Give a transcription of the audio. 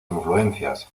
influencias